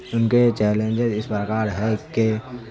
ان کے چیلنجز اس پرکار ہے کہ